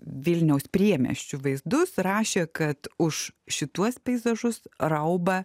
vilniaus priemiesčių vaizdus rašė kad už šituos peizažus rauba